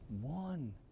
one